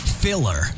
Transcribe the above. filler